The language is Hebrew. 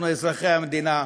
אנחנו אזרחי המדינה,